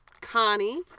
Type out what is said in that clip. Connie